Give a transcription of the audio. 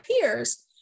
peers